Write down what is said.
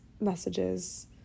messages